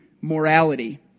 morality